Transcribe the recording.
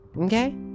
Okay